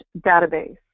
database